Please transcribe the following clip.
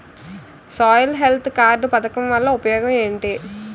Soil health card పథకం వల్ల ఉపయోగం ఏంటి?